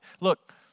Look